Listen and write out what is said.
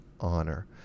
honor